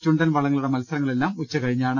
ചുണ്ടൻ വള്ളങ്ങളുടെ മത്സരങ്ങ ളെല്ലാം ഉച്ചകഴിഞ്ഞാണ്